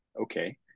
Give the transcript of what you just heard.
okay